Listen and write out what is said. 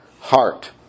heart